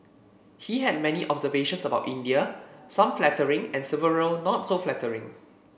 he had many observations about India some flattering and several not so flattering